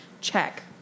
check